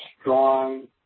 strong